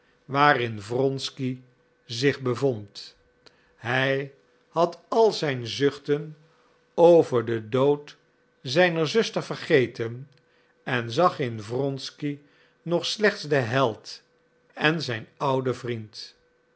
waarin wronsky zich bevond hij had al zijn zuchten over den dood zijner zuster vergeten en zag in wronsky nog slechts den held en zijn ouden vriend